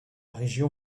région